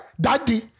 Daddy